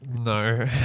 no